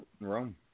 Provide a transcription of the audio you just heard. Rome